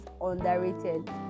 underrated